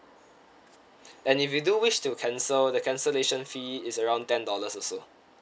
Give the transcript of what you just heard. and if you do wish to cancel the cancellation fee is around ten dollars also